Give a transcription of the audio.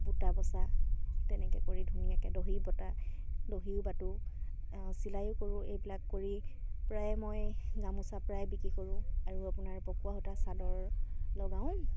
বুটা বচা তেনেকৈ কৰি ধুনীয়াকৈ দহি বতা দহিও বাতো চিলায়ো কৰোঁ এইবিলাক কৰি প্ৰায় মই গামোচা প্ৰায়ে বিক্ৰী কৰোঁ আৰু আপোনাৰ পকোৱা সূতা চাদৰ লগাওঁ